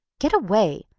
get away!